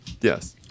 Yes